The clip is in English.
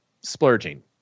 splurging